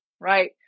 right